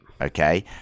Okay